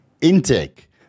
intake